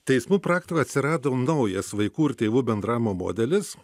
teismų praktikoj atsirado naujas vaikų ir tėvų bendravimo modelis